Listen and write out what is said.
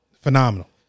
phenomenal